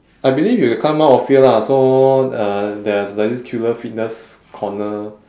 I believe you will climb mount ophir lah so uh there is like this killer fitness corner